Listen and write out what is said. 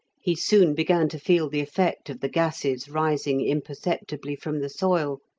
he soon began to feel the effect of the gases rising imperceptibly from the soil,